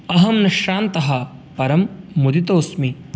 अहं न श्रान्तः परं मुदितोऽस्मि